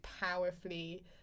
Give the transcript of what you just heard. powerfully